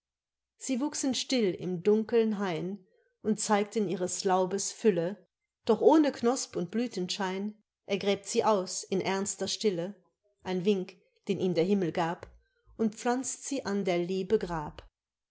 sie wuchsen still im dunkeln hain und zeigten ihres laubes fülle doch ohne knosp und blüthenschein er gräbt sie aus in ernster stille ein wink den ihm der himmel gab und pflanzt sie an der liebe grab